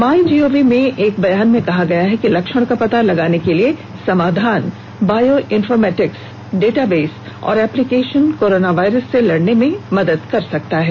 MyGov ने एक बयान में कहा है कि लक्षण का पता लगाने के लिए समाधान बायो इन्फोर्मेटिक्स डेटाबेस और एप्लीकेशन कोरोनावायरस से लड़ने में मदद कर सकता है